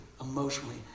emotionally